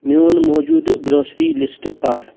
میٛون موٗجوٗدٕ گرٛوسرِی لِسٹہٕ پَر